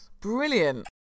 Brilliant